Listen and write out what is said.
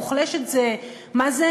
מוחלשת זה, מה זה?